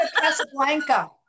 Casablanca